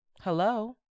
hello